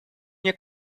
мне